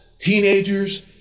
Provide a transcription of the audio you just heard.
teenagers